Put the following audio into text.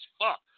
fuck